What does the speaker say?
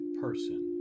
person